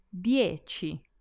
dieci